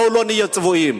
בואו לא נהיה צבועים.